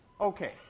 Okay